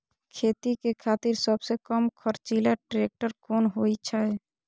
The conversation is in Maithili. खेती के खातिर सबसे कम खर्चीला ट्रेक्टर कोन होई छै?